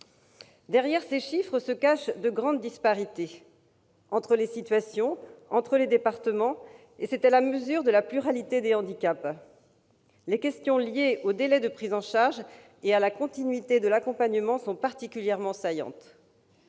derrière ces chiffres se cachent de grandes disparités entre les situations, mais aussi entre les départements, disparités à la mesure de la pluralité des handicaps. Les questions liées aux délais de prise en charge et à la continuité de l'accompagnement sont particulièrement saillantes.